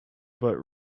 but